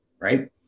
Right